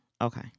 okay